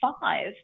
five